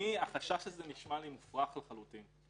החשש הזה נשמע לי מופרך לחלוטין.